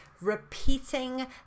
Repeating